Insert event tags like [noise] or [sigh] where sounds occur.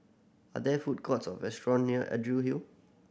are there food courts or restaurant near [unintelligible] Hill